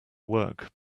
work